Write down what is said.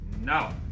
No